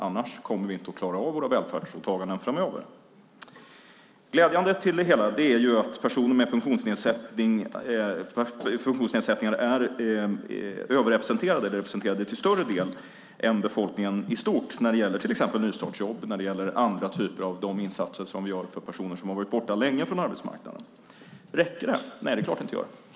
Annars kommer vi inte att klara av våra välfärdsåtaganden framöver. Glädjande är att personer med funktionsnedsättningar är representerade till större del än befolkningen i stort när det gäller nystartsjobb och andra typer av de insatser som vi gör för personer som har varit borta länge från arbetsmarknaden. Räcker det? Nej, det är klart att det inte gör.